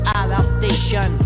adaptation